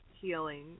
healing